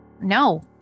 No